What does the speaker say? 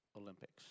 Olympics